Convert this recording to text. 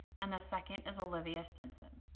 and the second is olivia stinson.